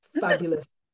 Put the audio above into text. fabulous